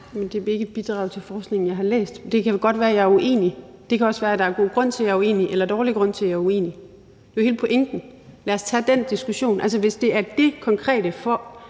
Det er ikke et bidrag til forskningen, jeg har læst. Det kan jo godt være, at jeg er uenig, og det kan også være, at der er god grund til, at jeg er uenig, eller dårlig grund til, at jeg er uenig. Det er jo hele pointen – lad os tage den diskussion. Altså, hvis det er det konkrete